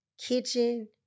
kitchen